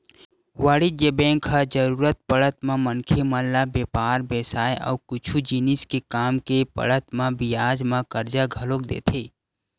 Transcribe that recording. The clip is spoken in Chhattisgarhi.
वाणिज्य बेंक ह जरुरत पड़त म मनखे मन ल बेपार बेवसाय अउ कुछु जिनिस के काम के पड़त म बियाज म करजा घलोक देथे